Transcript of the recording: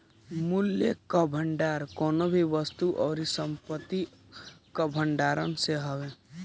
मूल्य कअ भंडार कवनो भी वस्तु अउरी संपत्ति कअ भण्डारण से हवे